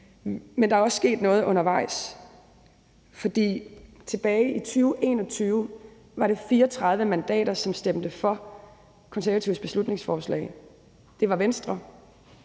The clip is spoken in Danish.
men der er også sket noget undervejs, for tilbage i 2021 var det 34 mandater, som stemte for Konservatives beslutningsforslag. Det var Venstre,